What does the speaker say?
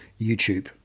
YouTube